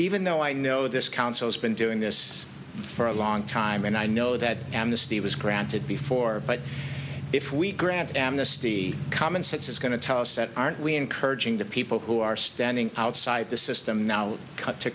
even though i know this council's been doing this for a long time and i know that amnesty was granted before but if we grant amnesty commonsense is going to tell us that aren't we encouraging the people who are standing outside the system now cut to